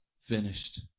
finished